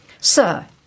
Sir